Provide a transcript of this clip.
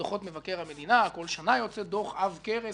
דוחות מבקר המדינה בכל שנה יוצא דוח עב כרס